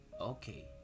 okay